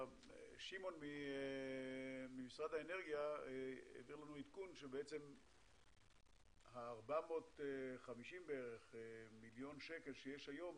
שמעון ממשרד האנרגיה הביא לנו עדכון שה-450 מיליון שקל שיש היום